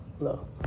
No